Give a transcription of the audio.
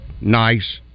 nice